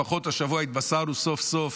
לפחות השבוע התבשרנו סוף-סוף,